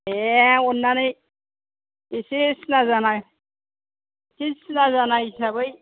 दे अननानै एसे सिना जाना एसे सिना जाना हिसाबै